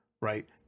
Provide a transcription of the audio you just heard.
right